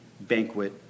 banquet